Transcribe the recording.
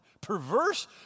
Perverse